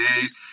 days